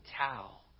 towel